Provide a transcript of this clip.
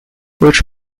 which